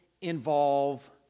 involve